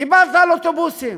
דיברת על אוטובוסים.